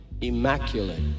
immaculate